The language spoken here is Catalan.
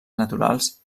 naturals